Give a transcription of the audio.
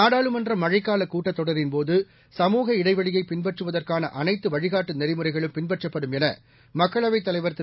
நாடாளுமன்ற மழைக்கால கூட்டத் தொடரின்போது சமூக இடைவெளியை பின்பற்றுவதற்கான அனைத்து வழிகாட்டு நெறிமுறைகளும் பின்பற்றப்படும் என மக்களவைத் தலைவர் திரு